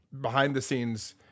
behind-the-scenes